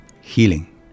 healing